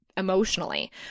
emotionally